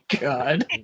God